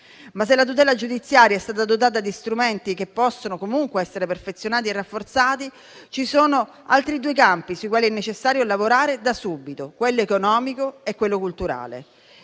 Ma se la tutela giudiziaria è stata dotata di strumenti che possono comunque essere perfezionati e rafforzati, ci sono altri due campi sui quali è necessario lavorare da subito: quello economico e quello culturale.